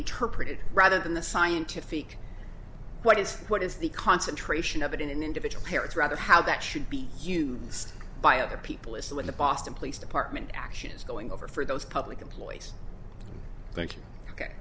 interpreted rather than the scientific what is what is the concentration of it in an individual parents rather how that should be huge by other people is that when the boston police department action is going over for those public employees